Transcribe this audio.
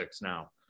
now